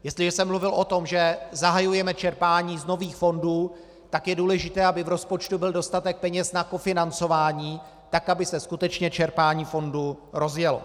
Jestliže jsem mluvil o tom, že zahajujeme čerpání z nových fondů, tak je důležité, aby v rozpočtu byl dostatek peněz na kofinancování, aby se skutečně čerpání fondu rozjelo.